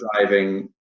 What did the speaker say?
driving